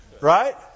Right